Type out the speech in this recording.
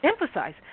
emphasize